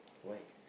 why